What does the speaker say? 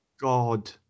God